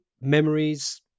memories